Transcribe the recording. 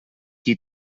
qui